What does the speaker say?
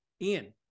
Ian